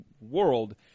World